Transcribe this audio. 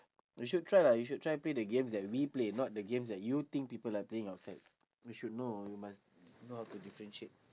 you should try lah you should try play the games that we play not the games that you think people are playing outside you should know you must know how to differentiate